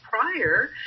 prior